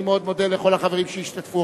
אני מאוד מודה לכל החברים שהשתתפו.